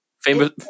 famous